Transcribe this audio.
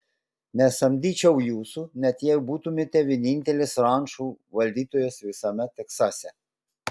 nesamdyčiau jūsų net jei būtumėte vienintelis rančų valdytojas visame teksase